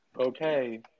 Okay